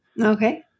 Okay